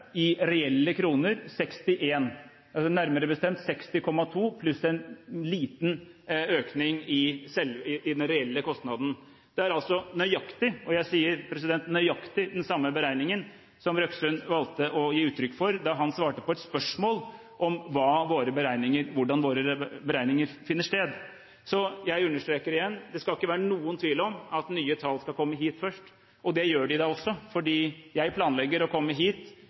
i reelle kroner 61 mrd. kr, eller nærmere bestemt 60,2 pluss en liten økning i den reelle kostnaden. Det er altså nøyaktig – og jeg sier nøyaktig – den samme beregningen som Røksund valgte å gi uttrykk for da han svarte på et spørsmål om hvordan våre beregninger finner sted. Jeg understreker igjen at det skal ikke være noen tvil om at nye tall skal komme hit først, og det gjør de da også. For jeg planlegger å komme hit